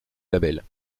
label